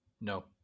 No